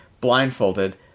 blindfolded